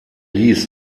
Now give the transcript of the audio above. ließ